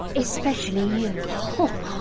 especially you. oh.